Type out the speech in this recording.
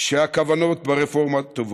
שהכוונות ברפורמה טובות,